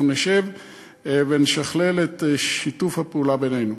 אנחנו נשב ונשכלל את שיתוף הפעולה בינינו.